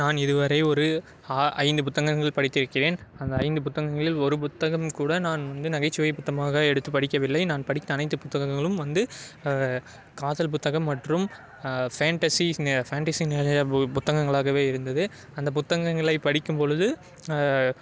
நான் இதுவரை ஒரு ஐந்து புத்தகங்களை படித்திருக்கிறேன் அந்த ஐந்து புத்தகங்களில் ஒரு புத்தகம் கூட நான் வந்து நகைச்சுவை புத்தகமாக எடுத்து படிக்கவில்லை நான் படித்த அனைத்து புத்தகங்களும் வந்து காதல் புத்தகம் மற்றும் ஃபேண்ட்டஸி ஃபேண்ட்டஸி நிறையா புத்தகங்களாகவே இருந்தது அந்த புத்தகங்களை படிக்கும்பொழுது